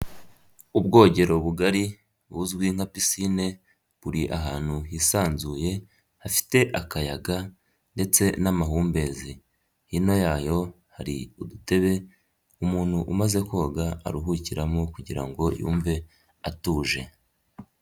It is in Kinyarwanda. Ubwogero bugari buzwi nka picine buri ahantu hisanzuye hafite akayaga ndetse n'amahumbezi, hino yayo hari udutebe umuntu umaze koga aruhukiramo kugira ngo yumve atuje.